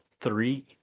three